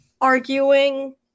arguing